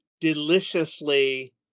deliciously